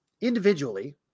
individually